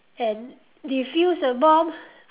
and defuse the bomb